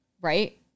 right